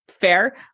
Fair